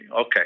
Okay